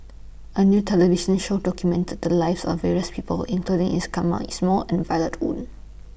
A New television Show documented The Lives of various People including Ismail and Violet Oon